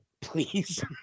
please